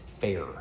fair